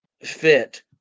fit